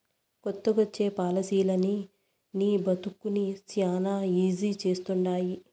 కొత్తగొచ్చే పాలసీలనీ నీ బతుకుని శానా ఈజీ చేస్తండాయి